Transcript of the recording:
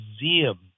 museum